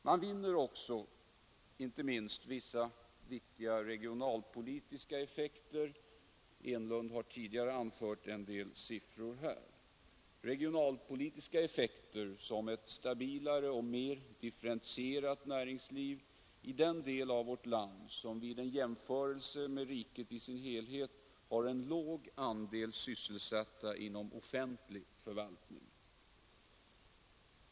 Man vinner inte minst också viktiga regionalpolitiska effekter — herr Enlund anförde vissa siffror — i form av ett stabilare och mer differentierat näringsliv i den del av vårt land, som vid en jämförelse med riket i dess helhet, har en låg andel sysselsatta inom offentlig förvaltning.